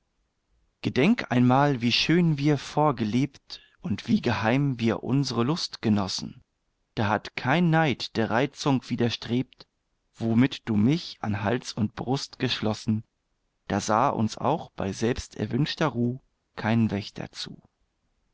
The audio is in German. gedenk einmal wie schön wir vor gelebt und wie geheim wir unsre lust genossen da hat kein neid der reizung widerstrebt womit du mich an hals und brust geschlossen da sah uns auch bei selbst erwünschter ruh kein wächter zu